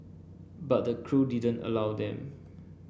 but the crew didn't allow them